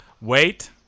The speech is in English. Wait